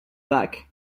back